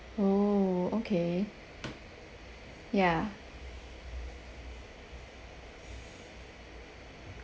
oh okay ya